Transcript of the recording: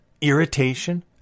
irritation